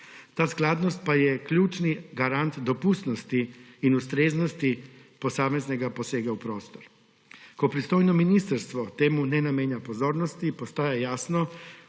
Ta skladnost pa je ključni garant dopustnosti in ustreznosti posameznega posega v prostor. Ko pristojno ministrstvo temu ne namenja pozornosti, postaja jasno,